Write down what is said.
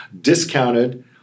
discounted